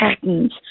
patterns